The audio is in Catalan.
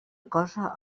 cosa